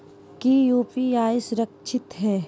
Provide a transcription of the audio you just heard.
की यू.पी.आई सुरक्षित है?